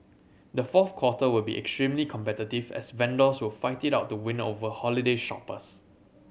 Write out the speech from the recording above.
the fourth quarter will be extremely competitive as vendors will fight it out to win over holiday shoppers